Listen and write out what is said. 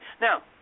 Now